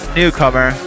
newcomer